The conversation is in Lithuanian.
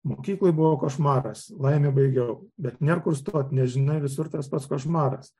mokykloj buvo košmaras laimė baigiau bet nėr kur stot nežinau visur tas pats košmaras